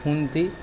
খুন্তি